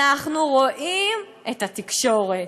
אנחנו רואים את התקשורת.